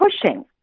pushing